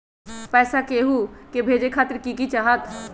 पैसा के हु के भेजे खातीर की की चाहत?